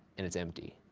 and it's empty.